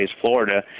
Florida